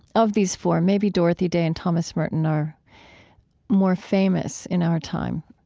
of these four, maybe dorothy day and thomas merton are more famous in our time.